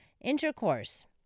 intercourse